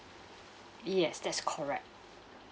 yes that's correct